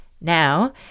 Now